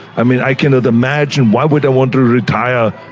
i mean i cannot imagine, why would i want to retire,